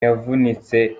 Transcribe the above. yavunitse